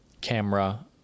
camera